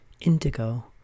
indigo